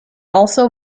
also